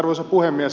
arvoisa puhemies